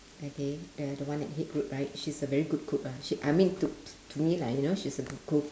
okay the the one at right she's a very good cook ah she I mean to to me lah you know she's a good cook